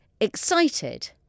excited